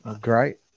great